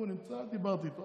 הוא נמצא, דיברתי איתו.